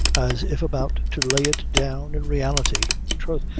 as if about to lay it down in reality troth,